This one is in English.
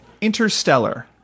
Interstellar